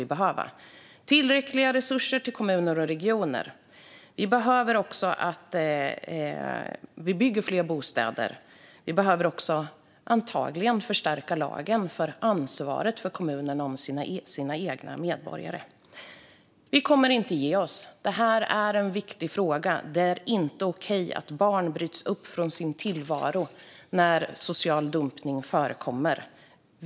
Det behövs tillräckliga resurser till kommuner och regioner. Det behöver även byggas fler bostäder. Antagligen behöver vi också förstärka lagen när det gäller det ansvar som kommunerna har gentemot sina egna invånare. Vi kommer inte att ge oss. Detta är en viktig fråga. Det är inte okej att barn bryts upp från sin tillvaro när social dumpning förekommer.